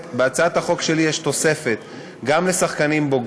מובן שבהצעת החוק שלי כלולים גם בני-הנוער,